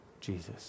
Jesus